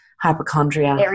hypochondria